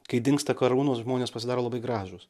kai dingsta karūnos žmonės pasidaro labai gražūs